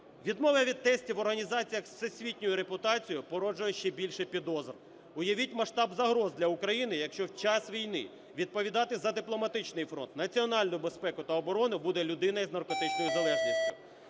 Відмова від тестів в організаціях з всесвітньою репутацією породжує ще більше підозр. Уявіть масштаб загроз для України, якщо в час війни відповідати за дипломатичний фронт, національну безпеку та оборону буде людина із наркотичною залежністю.